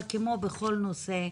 אבל כמו בכל נושא,